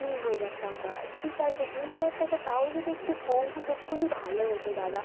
তিন হাজার টাকা ঠিক আছে তিন হাজার টাকা তাও যদি একটু কম হতো খুব ভালো হতো দাদা